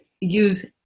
use